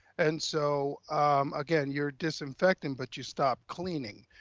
and so again, you're disinfecting, but you stop cleaning.